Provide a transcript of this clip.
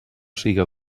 siga